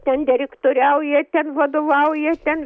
ten direktoriauja ten vadovauja ten